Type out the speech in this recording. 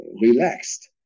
relaxed